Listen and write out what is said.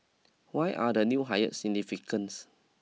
why are the new hires significance